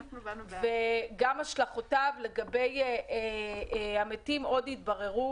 וגם השלכותיו לגבי המתים עוד יתבררו.